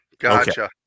Gotcha